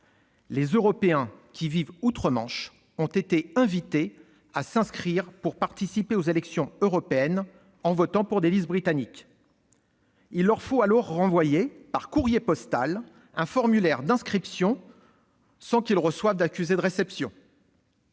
Les Européens qui vivent outre-Manche ont été invités à s'inscrire pour participer aux élections européennes en votant pour des listes britanniques. Il leur faut alors renvoyer par courrier postal un formulaire d'inscription sans qu'ils reçoivent d'accusé de réception.